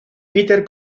peter